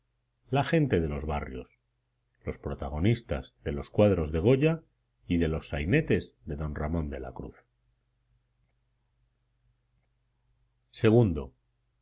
la gente de los barrios los protagonistas de los cuadros de goya y de los sainetes de don ramón de la cruz